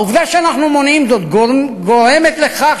העובדה שאנחנו מונעים זאת גורמת לכך